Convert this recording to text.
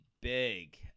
big